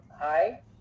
Hi